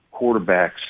quarterbacks